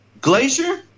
Glacier